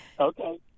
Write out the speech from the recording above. Okay